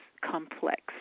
complex